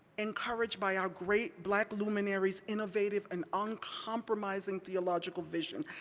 encouraged by our great black luminary's innovative and uncompromising theological vision,